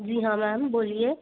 जी हाँ मैम बोलिए